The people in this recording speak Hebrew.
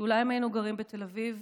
שאולי אם היינו גרים בתל אביב,